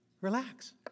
relax